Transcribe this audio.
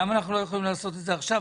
למה אנחנו לא יכולים לעשות את זה עכשיו?